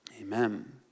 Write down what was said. Amen